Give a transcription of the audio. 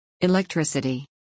Electricity